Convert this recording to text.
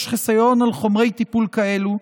יש חיסיון על חומרי טיפול כאלה,